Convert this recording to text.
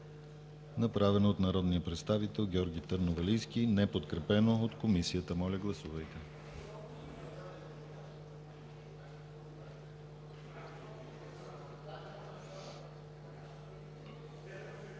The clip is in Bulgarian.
направено от народния представител Георги Търновалийски, неподкрепено от Комисията. Гласували